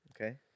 Okay